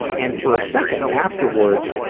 and for second afterwards,